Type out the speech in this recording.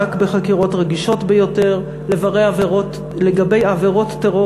רק בחקירות רגישות ביותר לגבי עבירות טרור